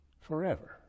forever